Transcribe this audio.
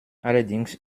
allerdings